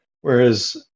whereas